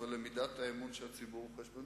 ומי השתתף בדיונים וכו'.